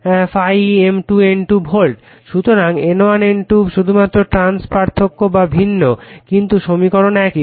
সুতরাং N1 N2 শুধুমাত্র ট্রান্স পার্থক্য বা ভিন্ন কিন্তু সমীকরণ একই